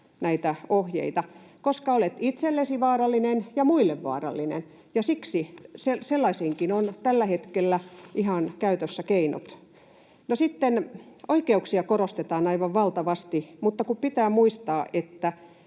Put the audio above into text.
näitä ohjeita, koska olet itsellesi vaarallinen ja muille vaarallinen, ja sellaisiinkin on tällä hetkellä ihan keinot käytössä. Oikeuksia korostetaan aivan valtavasti, mutta pitää muistaa, että